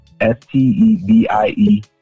S-T-E-B-I-E